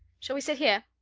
shall we sit here?